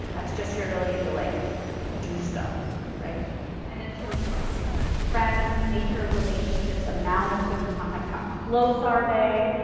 that's just your ability to to like do stuff. and then social funtioning, friends nature of relationships, amount of social contacts, how close are they,